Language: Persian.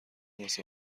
واسه